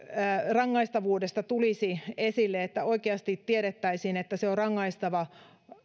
rangaistavuudesta tulisi esille että oikeasti tiedettäisiin että se on rangaistava